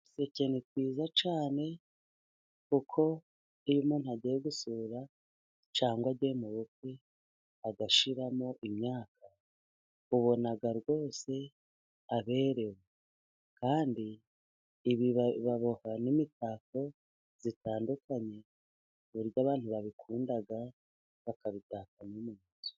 Uduseke ni twiza cyane kuko iyo umuntu agiye gusura cyangwa agiye mu bukwe, agashyiramo imyaka ubona rwose aberewe kandi ibi baboha n'imitako itandukanye ku buryo abantu babikunda bakabitaka no mu nzu.